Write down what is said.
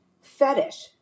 fetish